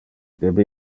debe